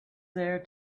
there